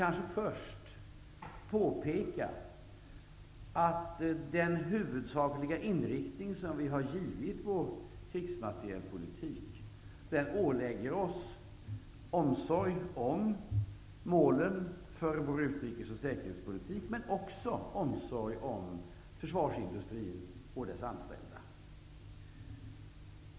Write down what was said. Först vill jag påpeka att den huvudsakliga inriktning som vi har givit vår krigsmaterielpolitik ålägger oss omsorg om målen för vår utrikes och säkerhetspolitik, men också omsorg om försvarsindustrin och dess anställda.